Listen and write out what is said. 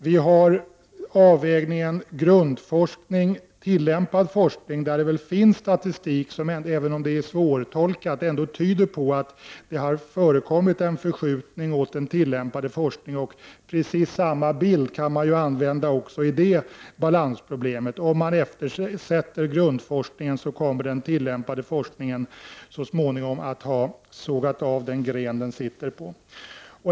Vi har avvägningen grundforskning-tillämpad forskning, där det finns statistik som, även om den är svårtolkad, tyder på att det har skett en förskjutning mot den tillämpade forskningen. Precis samma bild kan man använda också när det gäller det balansproblemet: Om man eftersätter grundforskningen kommer den tillämpade forskningen så småningom att ha sågat av den gren den sitter på.